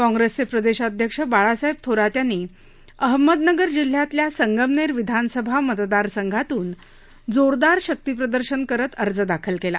काँप्रेसचे प्रदेशाध्यक्ष बाळासाहेब थोरात यांनी अहमदनगर जिल्ह्यातल्या संगमनेर विधानसभा मतदार संघातून जोरदार शक्तीप्रदर्शन करत अर्ज दाखल केला